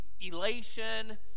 elation